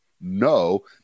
no